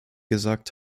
gesagt